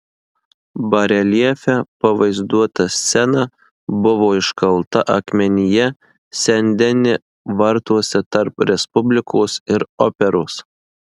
bareljefe pavaizduota scena buvo iškalta akmenyje sen deni vartuose tarp respublikos ir operos